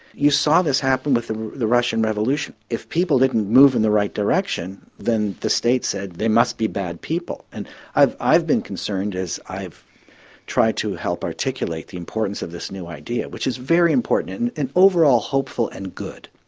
you saw this happen with the the russian revolution, if people didn't move in the right direction then the state said they must be bad people and i've i've been concerned as i've tried to help articulate the importance of this new idea, which is very important and overall hopeful and good,